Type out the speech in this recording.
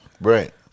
Right